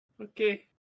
okay